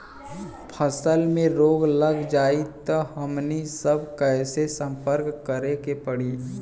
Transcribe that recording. फसल में रोग लग जाई त हमनी सब कैसे संपर्क करें के पड़ी?